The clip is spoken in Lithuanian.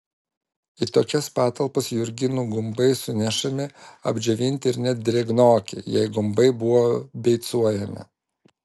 į tokias patalpas jurginų gumbai sunešami apdžiovinti ir net drėgnoki jei gumbai buvo beicuojami